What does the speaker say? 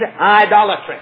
idolatry